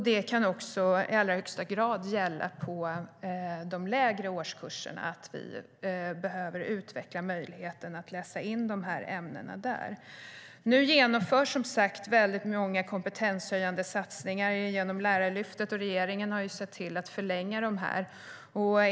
Det kan också i allra högsta grad vara så att vi behöver utveckla möjligheten att läsa in de här ämnena på de lägre årskurserna. Nu genomförs som sagt många kompetenshöjande satsningar genom Lärarlyftet, och regeringen har sett till att förlänga dem.